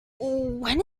when